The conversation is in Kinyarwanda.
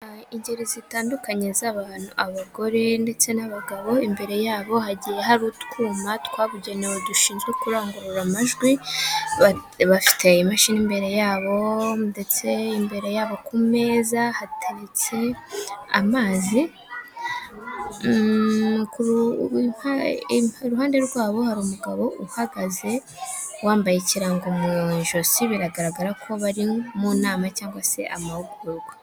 Ingeri zitandukanye z'abantu abagore ndetse n'abagabo bicaye mu nzumberabyombi. Imbere yabo hagiye hari utwuma twabugenewe dushinzwe kurangurura amajwi , bafite imashini imbere yabo ndetse imbere yabo ku meza hateretse amazi ,iruhande rwabo hari umugabo uhagaze wambaye ikirango mu ijosi , biragaragara ko bari mu nama cyangwa se amahugurwa.